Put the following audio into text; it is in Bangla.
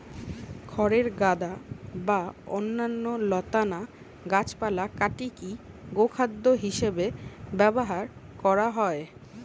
খড়ের গাদা বা অন্যান্য লতানা গাছপালা কাটিকি গোখাদ্য হিসেবে ব্যবহার করা হয়